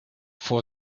for